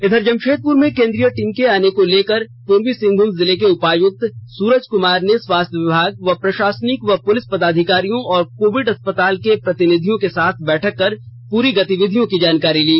इधर जमशेदपुर में केंद्रीय टीम के आने को लेकर पूर्वी सिंहभूम जिले के उपायुक्त सूरज कुमार ने स्वास्थ्य विभाग प्रशासनिक व पुलिस पदाधिकारियों और कोविड अस्पताल के प्रतिनिधियों के साथ बैठक कर पूरी गतिविधियों की जानकारी ली